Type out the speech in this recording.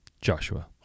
Joshua